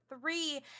three